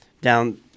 down